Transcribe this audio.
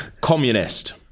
Communist